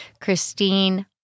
Christine